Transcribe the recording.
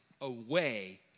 away